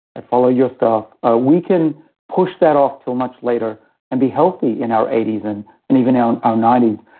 i follow your stuff, ah we can push that off until much later and be healthy in our eighty s, and and even our ah ninety s.